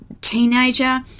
teenager